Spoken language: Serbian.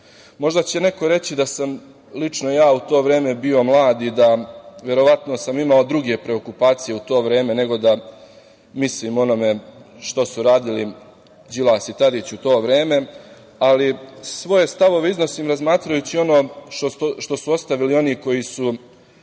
Možda će neko reći da sam lično ja u to vreme bio mlad i da verovatno sam imao druge preokupacije u to vreme nego da mislim o onome što su radili Đilas i Tadić u to vreme, ali svoje stavove iznosim razmatrajući ono što su ostavili oni koji su